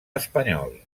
espanyol